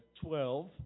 twelve